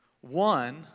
One